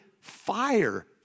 fire